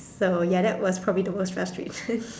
so ya that was probably the worst frustration